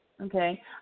Okay